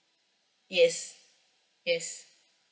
yes yes